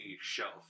shelf